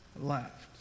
left